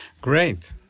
Great